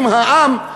עם העם,